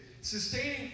Sustaining